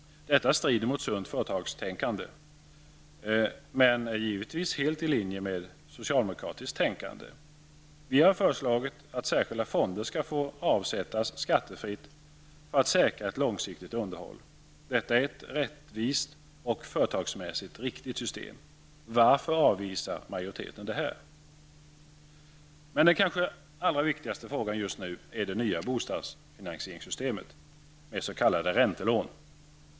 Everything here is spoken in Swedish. Detta strider mot sunt företagstänkande men är givetvis helt i linje med det socialdemokratiska tänkandet. Vi har föreslagit att särskilda fonder skall få avsättas skattefritt för att säkra ett långsiktigt underhåll. Detta är ett rättvist och företagsmässigt riktigt system. Varför avvisar majoriteten detta? Den kanske viktigaste frågan just nu är det nya bostadsfinansieringssystemet med s.k. räntelån.